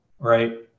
right